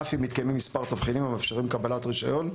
אף אם מתקיימים מספר תבחינים המאפשרים קבלת רישיון.